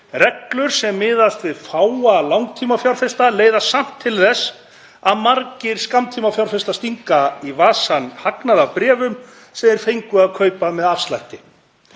Reglur sem miðast við fáa langtímafjárfesta leiða samt til þess að margir skammtímafjárfestar stinga í vasann hagnaði af bréfum sem þeir fengu að kaupa með afslætti.